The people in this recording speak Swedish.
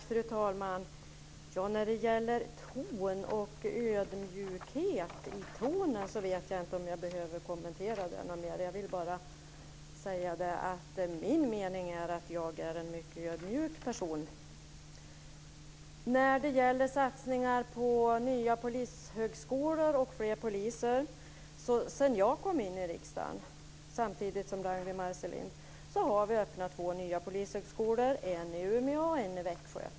Fru talman! Det här med ton och ödmjukhet tror jag inte jag behöver kommentera mer. Min mening är att jag är en mycket ödmjuk person. Sedan jag kom in i riksdagen - samtidigt som Ragnwi Marcelind - har vi öppnat två nya polishögskolor, en i Umeå och en i Växjö.